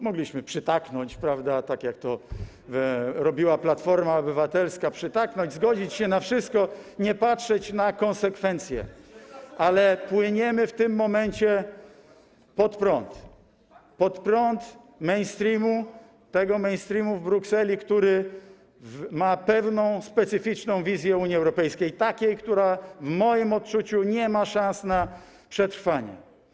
Mogliśmy przytaknąć, prawda, tak jak to robiła Platforma Obywatelska, przytaknąć, zgodzić się na wszystko, nie patrzeć na konsekwencje, ale płyniemy w tym momencie pod prąd, pod prąd mainstreamu, tego mainstreamu w Brukseli, który ma pewną specyficzną wizję Unii Europejskiej, takiej, która w moim odczuciu nie ma szans na przetrwanie.